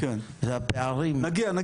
זה הפערים.